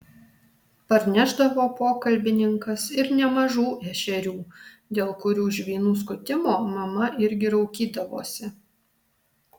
parnešdavo pokalbininkas ir nemažų ešerių dėl kurių žvynų skutimo mama irgi raukydavosi